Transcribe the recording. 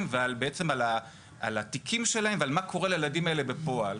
ועל התיקים שלהם ועל מה קורה לילדים האלה בפועל.